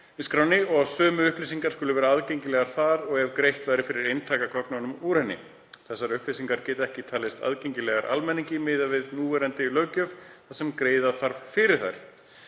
í skránni og að sömu upplýsingar skuli vera aðgengilegar þar og ef greitt væri fyrir eintak af gögnum úr henni. Þessar upplýsingar geta ekki talist aðgengilegar almenningi miðað við núverandi löggjöf þar sem greiða þarf fyrir þær.